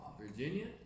Virginia